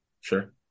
sure